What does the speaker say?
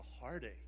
heartache